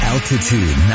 Altitude